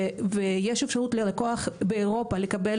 ויש אפשרות ללקוח באירופה לקבל